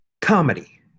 Comedy